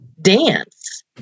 dance